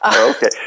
Okay